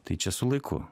tai čia su laiku